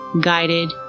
guided